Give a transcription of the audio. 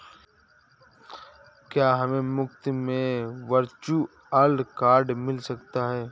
क्या हमें मुफ़्त में वर्चुअल कार्ड मिल सकता है?